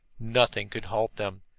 nothing could halt them.